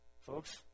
Folks